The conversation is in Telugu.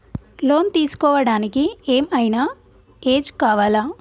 లోన్ తీస్కోవడానికి ఏం ఐనా ఏజ్ కావాలా?